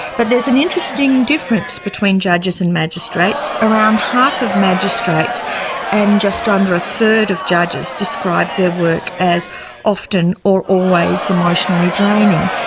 but there's an interesting difference between judges and magistrates around half of magistrates and just under a third of judges describe their work as often or always emotionally draining.